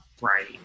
Right